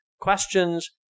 questions